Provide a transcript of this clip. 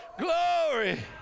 glory